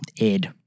Ed